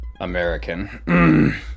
American